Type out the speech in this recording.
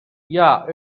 yeah